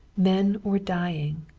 men were dying.